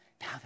now